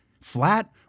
Flat